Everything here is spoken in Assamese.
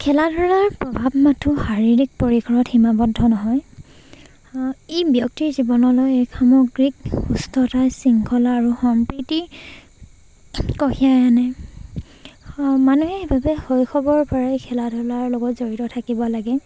খেলা ধূলাৰ প্ৰভাৱ মাঠু শাৰীৰিক পৰিসৰত সীমাবদ্ধ নহয় ই ব্যক্তিৰ জীৱনলৈ এক সামগ্ৰিক সুস্থতা শৃংখলা আৰু সম্প্ৰীতি কঢ়িয়াই আনে মানুহে ভাৱে শৈশৱৰপৰাই খেলা ধূলাৰ লগত জড়িত থাকিব লাগে